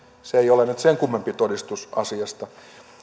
se ei nyt ole sen kummempi todistus asiasta